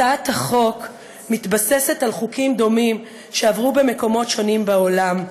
הצעת החוק מתבססת על חוקים דומים שעברו במקומות שונים בעולם.